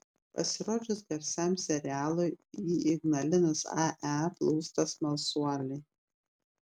pasirodžius garsiam serialui į ignalinos ae plūsta smalsuoliai